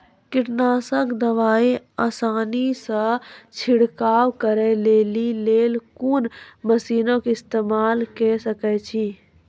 कीटनासक दवाई आसानीसॅ छिड़काव करै लेली लेल कून मसीनऽक इस्तेमाल के सकै छी?